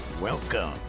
Welcome